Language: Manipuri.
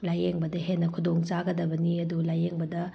ꯂꯥꯏꯌꯦꯡꯕꯗ ꯍꯦꯟꯅ ꯈꯨꯗꯣꯡꯆꯥꯒꯗꯕꯅꯤ ꯑꯗꯨ ꯂꯥꯏꯌꯦꯡꯕꯗ